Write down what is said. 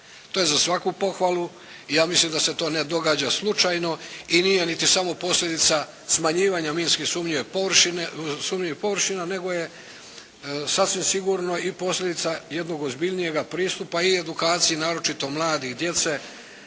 To je za svaku pohvalu i ja mislim da se to ne događa slučajno i nije niti samo posljedica smanjivanja minski sumnjivih površina, nego je sasvim sigurno i posljedica jednog ozbiljnijega pristupa i edukacije, naročito mladih, djece,